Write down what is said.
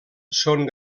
són